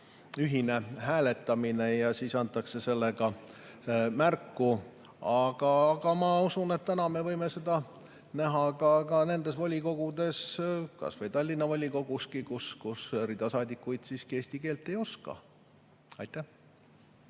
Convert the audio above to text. ühine hääletamine. Ja siis antakse sellega märku. Aga ma usun, et täna me võime seda näha ka nendes volikogudes, kas või Tallinna volikoguski, kus rida saadikuid siiski eesti keelt ei oska. No